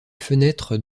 fenêtres